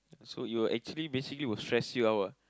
so you will actually basically will stress you out